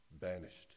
banished